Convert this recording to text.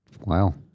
wow